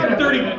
thirty